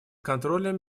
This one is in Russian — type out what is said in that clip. контролем